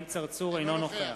אינו נוכח